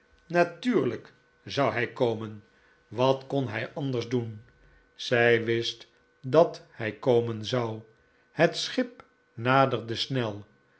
natuurlijk zou hij komen wat kon hij anders doen zij wist dat hij komen zou het schip naderde snel